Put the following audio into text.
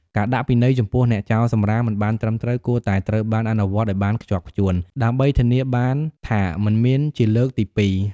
ការដាក់ពិន័យចំពោះអ្នកចោលសំរាមមិនបានត្រឹមត្រូវ គួរតែត្រូវបានអនុវត្តឲ្យបានខ្ជាប់ខ្ជួន ដើម្បីធានាបានថាមិនមានជាលើកទីពីរ។